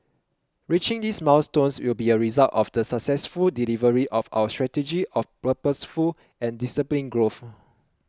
reaching these milestones will be a result of the successful delivery of our strategy of purposeful and disciplined growth